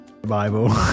bible